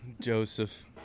Joseph